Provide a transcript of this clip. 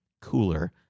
cooler